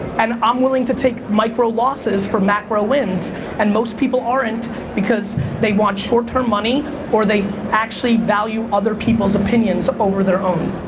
and i'm willing to take micro losses for macro wins and most people aren't because they want short term money or they actually value other people's opinions over their own.